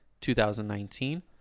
2019